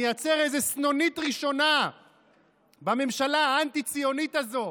נייצר איזו סנונית ראשונה בממשלה האנטי-ציונית הזו